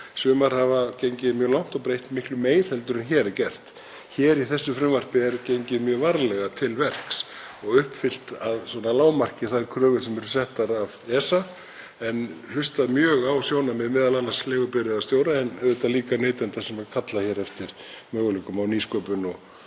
Sumar hafa gengið mjög langt og breytt miklu meira en gert er hér. Í þessu frumvarpi er gengið mjög varlega til verks og uppfylltar að lágmarki þær kröfur sem settar eru af ESA en hlustað mjög á sjónarmið m.a. leigubifreiðastjóra, en auðvitað líka neytenda sem kalla hér eftir möguleikum á nýsköpun og